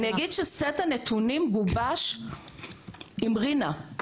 אני אגיד שסט הנתונים גובש עם רינה.